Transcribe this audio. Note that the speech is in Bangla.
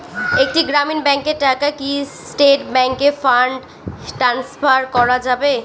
একটি গ্রামীণ ব্যাংকের টাকা কি স্টেট ব্যাংকে ফান্ড ট্রান্সফার করা যাবে?